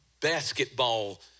Basketball